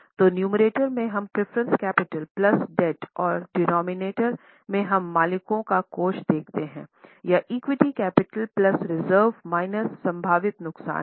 तो नुमेरटर में हम प्रेफरेंस कैपिटल प्लस डेब्ट और डिनोमिनेटर में हम मालिकों का कोष देखते हैं यह equity capital plus reserve minus संभावित नुकसान है